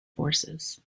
forces